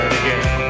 again